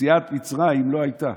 יציאת מצרים לא הייתה.